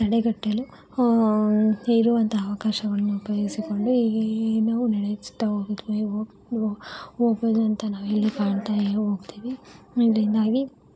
ತಡೆಗಟ್ಟಲು ಇರುವಂತಹ ಅವಕಾಶವನ್ನು ಉಪಯೋಗಿಸಿಕೊಂಡು ಏನು ನಡೆಸ್ತಾ ಹೋಗ್ಬೋದು ಅಂತ ನಾವು ಇಲ್ಲಿ ಕಾಣ್ತಾ ಹೋಗ್ತೀವಿ ಇದರಿಂದಾಗಿ